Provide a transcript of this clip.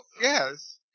Yes